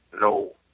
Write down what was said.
No